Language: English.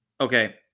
Okay